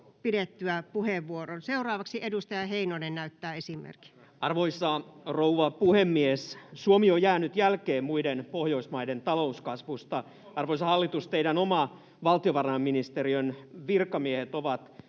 annettavista esityksistä Time: 15:19 Content: Arvoisa rouva puhemies! Suomi on jäänyt jälkeen muiden Pohjoismaiden talouskasvusta. Arvoisa hallitus, teidän oman valtiovarainministeriönne virkamiehet ovat